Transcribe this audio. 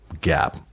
gap